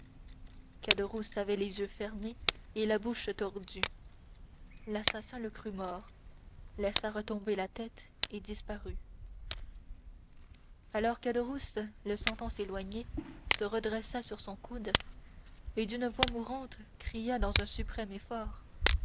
avait les yeux fermés et la bouche tordue l'assassin le crut mort laissa retomber la tête et disparut alors caderousse le sentant s'éloigner se redressa sur son coude et d'une voix mourante cria dans un suprême effort